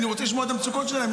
אני רוצה לשמוע את המצוקות שלהם.